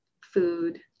food